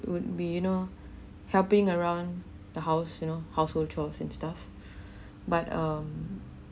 would be you know helping around the house you know household chores and stuff but um